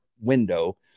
window